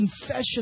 confession